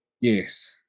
Yes